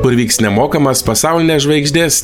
kur vyks nemokamas pasaulinės žvaigždės